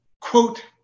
quote